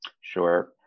Sure